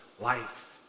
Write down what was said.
life